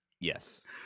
yes